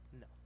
no